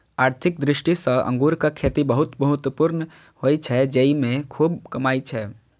आर्थिक दृष्टि सं अंगूरक खेती बहुत महत्वपूर्ण होइ छै, जेइमे खूब कमाई छै